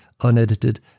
unedited